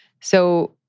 So-